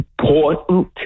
important